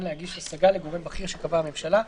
להגיש השגה לגורם בכיר שקבעה הממשלה,